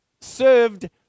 served